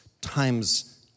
times